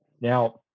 now